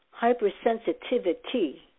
hypersensitivity